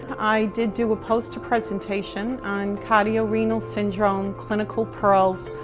i did do a poster presentation on cardio-renal syndrome, clinical pearls,